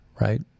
right